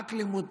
ורק לימוד תורה,